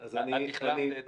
את החלפת את